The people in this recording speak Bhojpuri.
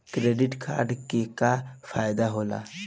क्रेडिट कार्ड के का फायदा होला?